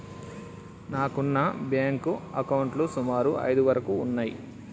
నాకున్న బ్యేంకు అకౌంట్లు సుమారు ఐదు వరకు ఉన్నయ్యి